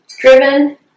driven